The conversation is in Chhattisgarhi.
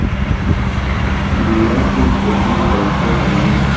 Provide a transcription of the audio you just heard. तिऊरा के खेती कइसे करना हे?